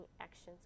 actions